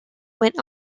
went